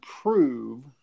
prove